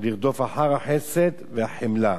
לרדוף אחר החסד והחמלה,